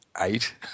eight